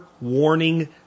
warning